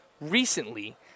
recently